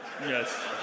Yes